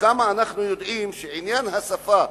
ואנחנו יודעים שעניין השפה,